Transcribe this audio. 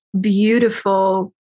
beautiful